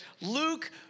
Luke